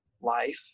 life